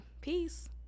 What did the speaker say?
peace